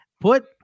put